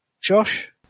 Josh